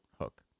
hook